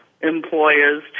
employers